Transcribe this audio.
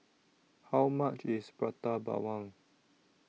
How much IS Prata Bawang